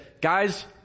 guys